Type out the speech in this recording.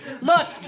Look